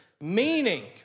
meaning